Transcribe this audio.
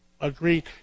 agreed